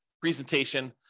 presentation